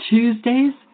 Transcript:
Tuesdays